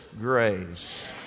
grace